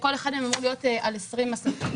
שכל אחד מהם אמור להיות על 20 מסכים.